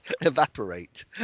evaporate